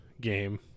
game